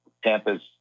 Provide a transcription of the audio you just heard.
Tampa's